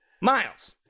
Miles